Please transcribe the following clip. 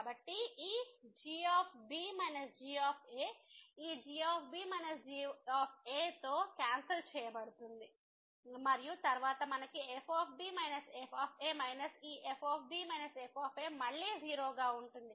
కాబట్టి ఈ g g ఈ g g తో క్యాన్సల్ చేయబడుతుంది మరియు తరువాత మనకు f f మైనస్ ఈ f f మళ్ళీ 0 గా ఉంటుంది